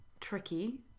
Tricky